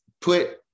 put